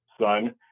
son